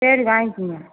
சரி வாங்கிகுங்க